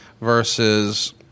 versus